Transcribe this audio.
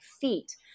feet